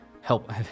help